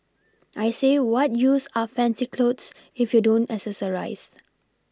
I say what use are fancy clothes if you don't accessorise